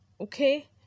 okay